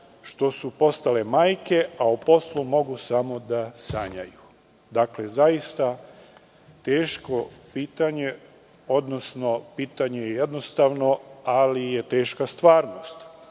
što su postale majke, a o poslu mogu samo da sanjaju? Zaista teško pitanje, odnosno pitanje je jednostavno, ali je teška stvarnost. Ovaj